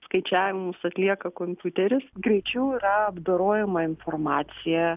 skaičiavimus atlieka kompiuteris greičiau yra apdorojama informacija